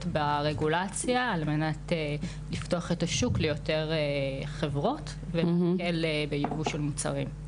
ברגולציה כדי לפתוח את השוק ליותר חברות --- בייבוא של מוצרים.